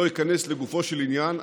לא איכנס לגופו של עניין.